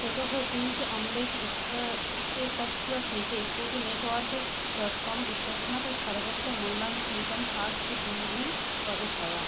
चतुः cheese omelette इति इत्येतस्य कृते food net org dot com इत्यस्मात् सर्वोच्चमूल्याङ्कितं पाकविधिं गवेषय